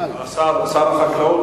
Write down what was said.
שר החקלאות,